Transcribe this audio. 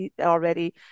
already